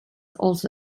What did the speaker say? also